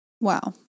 wow